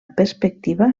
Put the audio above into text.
perspectiva